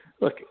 Look